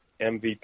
MVP